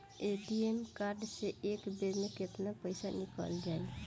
ATM card से एक बेर मे केतना पईसा निकल जाई?